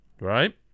Right